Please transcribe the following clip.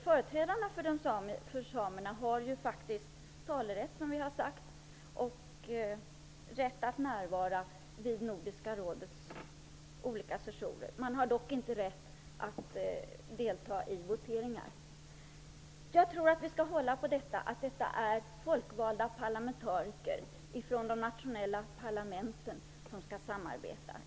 Företrädarna för samerna har ju faktiskt talerätt, vilket vi har sagt, och rätt att närvara vid Nordiska rådets olika sessioner. De har dock inte rätt att delta i voteringar. Jag tror att vi skall hålla fast vid att det är folkvalda parlamentariker från de nationella parlamenten som skall samarbeta.